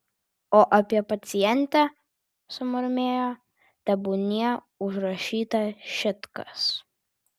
o apie pacientę sumurmėjo tebūnie užrašyta šit kas